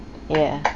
ya